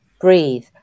breathe